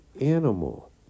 animal